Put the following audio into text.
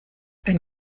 ein